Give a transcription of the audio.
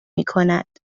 میکند